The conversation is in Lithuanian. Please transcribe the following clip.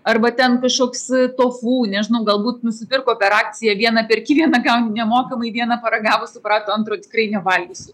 arba ten kažkoks tofu nežinau galbūt nusipirko per akciją vieną perki vieną gauni nemokamai vieną paragavo suprato antro tikrai nevalgysiu